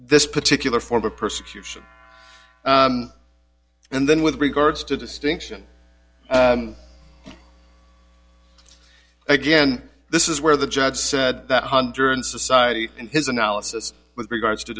this particular form of persecution and then with regards to distinction again this is where the judge said that hundred society in his analysis with regards to